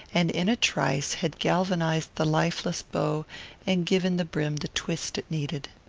and in a trice had galvanized the lifeless bow and given the brim the twist it needed.